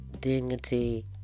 dignity